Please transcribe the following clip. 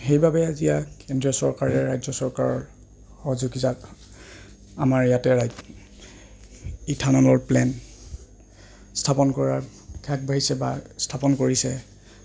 সেইবাবে আজি ইয়াক কেন্দ্ৰীয় চৰকাৰে ৰাজ্য চৰকাৰৰ সহযোগিতাত আমাৰ ইয়াতে প্লেন স্থাপন কৰাৰ আগবাঢ়িছে বা স্থাপন কৰিছে